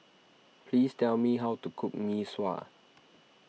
please tell me how to cook Mee Sua